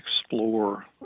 explore